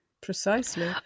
Precisely